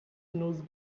nose